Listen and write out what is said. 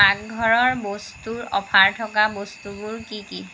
পাকঘৰৰ বস্তুৰ অফাৰ থকা বস্তুবোৰ কি কি